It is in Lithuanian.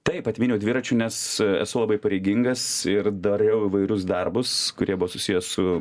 taip atmyniau dviračiu nes esu labai pareigingas ir dariau įvairius darbus kurie buvo susiję su